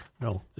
no